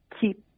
keep